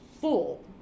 full